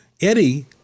Eddie